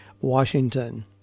Washington